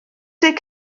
deg